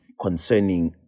concerning